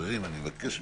חברים, אני מבקש מכם.